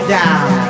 down